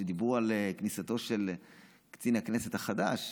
כשדיברו על כניסתו של קצין הכנסת החדש,